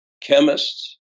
chemists